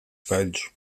espelhos